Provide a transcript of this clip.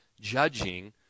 judging